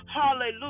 hallelujah